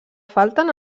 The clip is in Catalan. falten